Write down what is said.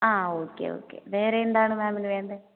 ആ okay okay വേറെ എന്താണ് മാംമിന് വേണ്ടത്